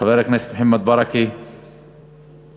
חבר הכנסת מוחמד ברכה, איננו.